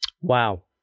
Wow